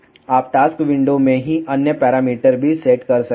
आप task window में ही अन्य पैरामीटर भी सेट कर सकते हैं